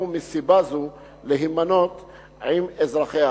ומסיבה זו לא זכו להימנות עם אזרחיה.